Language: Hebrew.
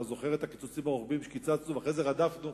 אתה זוכר את הקיצוצים הרוחביים שקיצצנו ואחרי זה רדפנו,